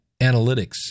Analytics